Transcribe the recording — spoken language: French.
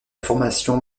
formation